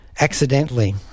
accidentally